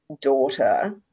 daughter